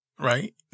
Right